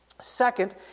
Second